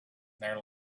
their